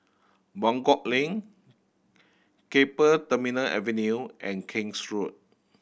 Buangkok Link Keppel Terminal Avenue and King's Road